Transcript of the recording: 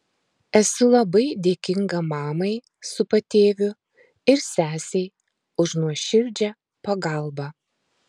esu labai dėkinga mamai su patėviu ir sesei už nuoširdžią pagalbą